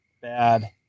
bad